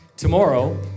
Tomorrow